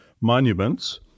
monuments